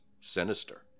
sinister